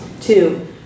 Two